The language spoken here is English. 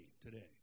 today